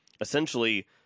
essentially